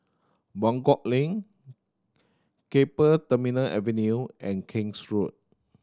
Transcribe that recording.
Buangkok Link Keppel Terminal Avenue and King's Road